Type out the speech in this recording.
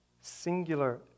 singular